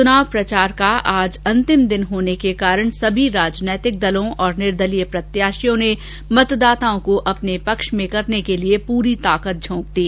चुनाव प्रचार का आज अंतिम दिन होने के कारण सभी राजनीतिक दलों और निर्दलीय प्रत्याशियों ने मतदाताओं को अपने पक्ष में करने के लिए पूरी ताकत झोंक दी